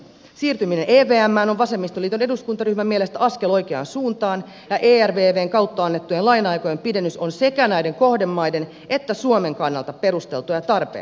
siirtyminen evmään on vasemmistoliiton eduskuntaryhmän mielestä askel oikeaan suuntaan ja ervvn kautta annettujen laina aikojen pidennys on sekä näiden kohdemaiden että suomen kannalta perusteltua ja tarpeen